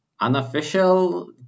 unofficial